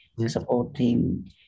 supporting